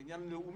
זה עניין לאומי,